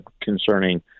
concerning